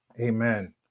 Amen